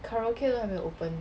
karaoke 都还没有 open